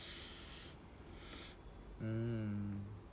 mm